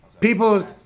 People